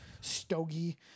stogie